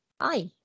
Hi